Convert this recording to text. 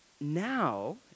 now